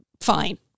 fine